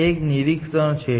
તે એક નિરીક્ષણ છે